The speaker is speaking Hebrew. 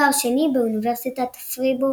תואר שני באוניברסיטת פריבור